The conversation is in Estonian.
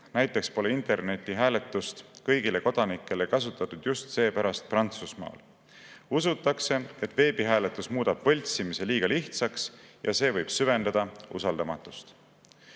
Näiteks pole internetihääletust kõigile kodanikele kasutatud just seepärast Prantsusmaal. Usutakse, et veebihääletus muudab võltsimise liiga lihtsaks ja see võib süvendada usaldamatust.